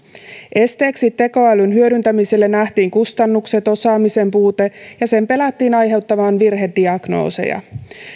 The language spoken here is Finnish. esteeksi tekoälyn hyödyntämiselle nähtiin kustannukset ja osaamisen puute ja sen pelättiin aiheuttavan virhediagnooseja